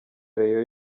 rayon